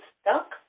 stuck